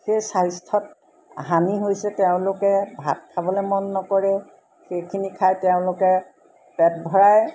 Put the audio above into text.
সেই স্বাস্থ্যত হানি হৈছে তেওঁলোকে ভাত খাবলৈ মন নকৰে সেইখিনি খাই তেওঁলোকে পেট ভৰাই